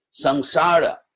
samsara